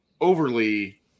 overly